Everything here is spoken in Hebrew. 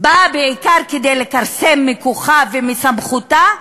באה בעיקר כדי לכרסם בכוחה ובסמכותה,